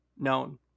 known